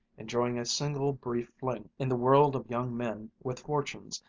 enjoying a single, brief fling in the world of young men with fortunes,